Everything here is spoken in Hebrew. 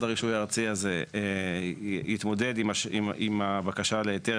הרישוי הארצי הזה יתמודד עם הבקשה להיתר,